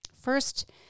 First